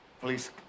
Police